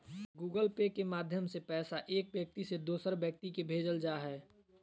Google Pay के माध्यम से पैसा एक व्यक्ति से दोसर व्यक्ति के भेजल जा हय